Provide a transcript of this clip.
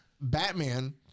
Batman